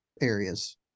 areas